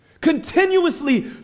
Continuously